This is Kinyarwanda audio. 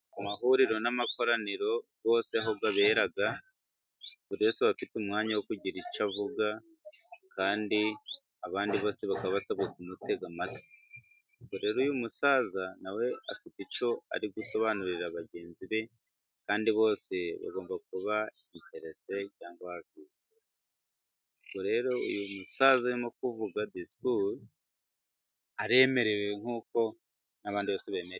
Amahuriro n'amakoraniro yose aho abera buri wese aba afite umwanya wo kugira icyo avuga, kanddi abandi bose bakaba basabwa kumutega amatwi ,rero uyu musaza na we afite icyo ari gusobanurira bagenzi be kandi bose bagomba kuba interese cyangwa akitivu . Ubwo rero uyu musaza urimo kuvuga disikuru aremerewe nk'uko n'abandi bose bemerewe.